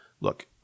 look